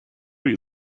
you